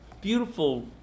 beautiful